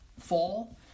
fall